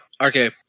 okay